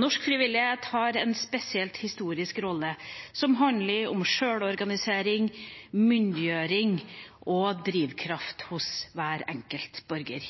Norsk frivillighet har en spesiell historisk rolle som handler om sjølorganisering, myndiggjøring og drivkraft hos hver enkelt borger.